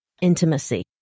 intimacy